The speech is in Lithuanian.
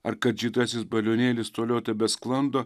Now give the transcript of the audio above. ar kad žydrasis balionėlis toliau tebesklando